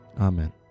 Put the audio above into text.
Amen